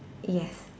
yes